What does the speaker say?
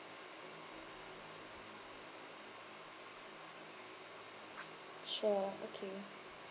sure okay